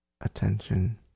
attention